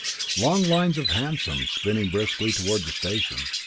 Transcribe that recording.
long lines of hansoms spinning briskly toward the station,